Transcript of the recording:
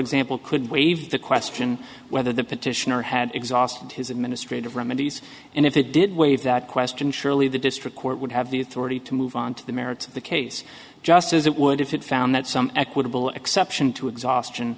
example could waive the question whether the petitioner had exhausted his administrative remedies and if he did waive that question surely the district court would have the authority to move on to the merits of the case just as it would if it found that some equitable exception to exhaustion